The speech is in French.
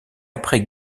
après